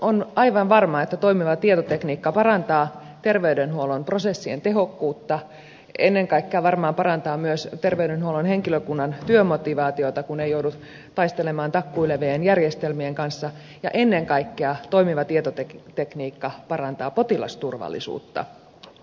on aivan varmaa että toimiva tietotekniikka parantaa terveydenhuollon prosessien tehokkuutta ennen kaikkea varmaan parantaa myös terveydenhuollon henkilökunnan työmotivaatiota kun ei joudu taistelemaan takkuilevien järjestelmien kanssa ja ennen kaikkea toimiva tietotekniikka parantaa potilasturvallisuutta